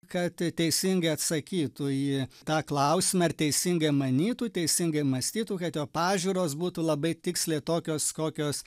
kad teisingai atsakytų į tą klausimą ar teisingai manytų teisingai mąstytų kad jo pažiūros būtų labai tiksliai tokios kokios